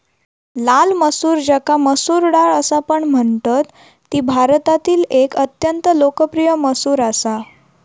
लाल मसूर ज्याका मसूर डाळ असापण म्हणतत ती भारतातील एक अत्यंत लोकप्रिय मसूर असा